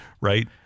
Right